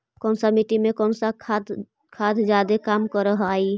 कौन सा मिट्टी मे कौन सा खाद खाद जादे काम कर हाइय?